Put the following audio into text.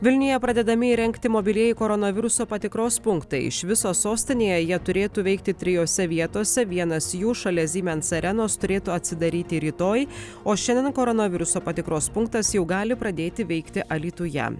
vilniuje pradedami įrengti mobilieji koronaviruso patikros punktai iš viso sostinėje jie turėtų veikti trijose vietose vienas jų šalia siemens arenos turėtų atsidaryti rytoj o šiandieną koronaviruso patikros punktas jau gali pradėti veikti alytuje